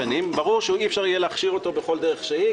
אמרתי "חקלאים".